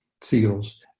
seals